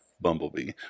Bumblebee